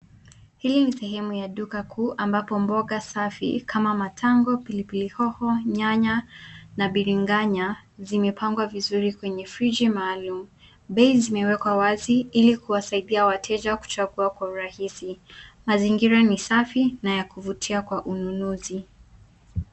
Hili ni sehemu ya duka kuu ambapo mboga safi kama: matango, pilipili hoho, nyanya na biringanya zimepangwa vizuri kwenye friji maalum. Bei zimewekwa wazi ili kuwasaidia wateja kuchagua kwa urahisi. Mazingira ni safi na ya kuvutia kwa ununuzi.